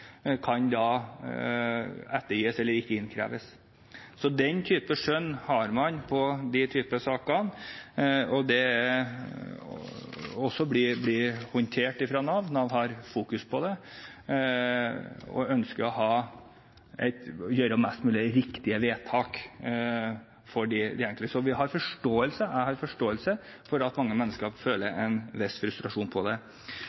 ettergis eller ikke innkreves. Så den type skjønn har man i de typer saker, og det blir også håndtert av Nav. Nav har fokus på det og ønsker å gjøre mest mulig riktige vedtak for de enkelte. Men jeg har forståelse for at mange mennesker føler en viss frustrasjon.